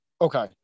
Okay